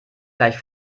gleich